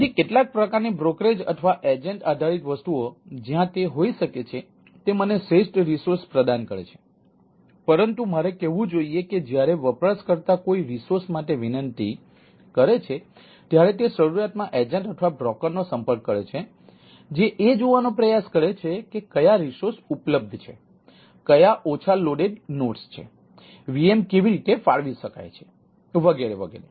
તેથી કેટલાક cataloguing registry છે VM કેવી રીતે ફાળવી શકાય છે વગેરે વગેરે